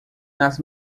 nas